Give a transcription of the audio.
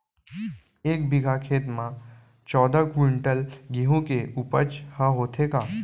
एक बीघा खेत म का चौदह क्विंटल गेहूँ के उपज ह होथे का?